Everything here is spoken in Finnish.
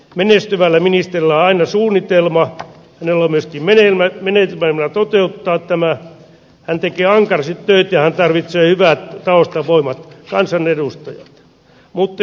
menestyvällä ministerillä aina suunnitelmaa jolla myös ihmetellä minne mennä toteuttaa tämän hän teki alkaisi löytyää tarvitse hyvät taustavoimat kansanedustajat muttei